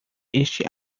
este